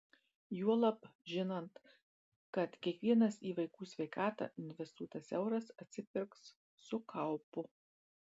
juolab žinant kad kiekvienas į vaikų sveikatą investuotas euras atsipirks su kaupu